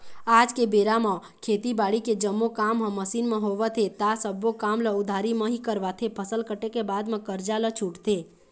आज के बेरा म खेती बाड़ी के जम्मो काम ह मसीन म होवत हे ता सब्बो काम ल उधारी म ही करवाथे, फसल कटे के बाद म करजा ल छूटथे